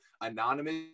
anonymous